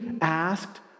asked